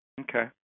Okay